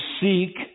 seek